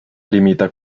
limita